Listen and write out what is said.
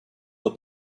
the